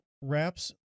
wraps